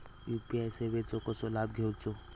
UPI सेवाचो कसो लाभ घेवचो?